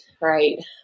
right